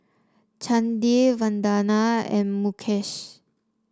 Chandi Vandana and Mukesh